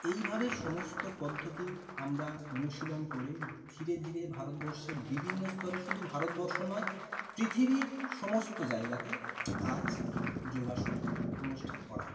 এইভাবে সমস্ত পদ্ধতি আমরা অনুশীলন করে ধীরে ধীরে ভারতবর্ষের বিভিন্ন স্তরে শুধু ভারতবর্ষ নয় পৃথিবীর সমস্ত জায়গাতে আজ যোগাসন অনুষ্ঠান করা হয়